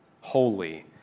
holy